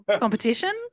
Competition